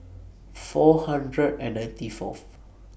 four hundred and ninety Fourth